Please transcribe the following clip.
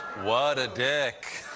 what a dick.